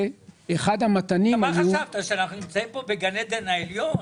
מה חשבת, שאנחנו נמצאים כאן בגן עדן העליון?